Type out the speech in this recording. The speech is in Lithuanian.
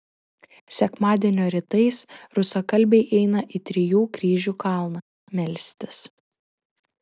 sekmadienio rytais rusakalbiai eina į trijų kryžių kalną melstis